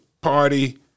Party